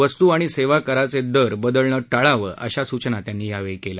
वस्तू आणि सेवा करायचे दर बदलणं टाळावं अशा सूचना त्यांनी यावेळी केल्या